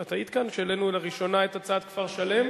את היית כאן כשהעלינו לראשונה את הצעת כפר-שלם?